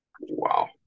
Wow